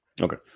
Okay